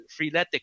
freeletics